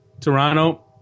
Toronto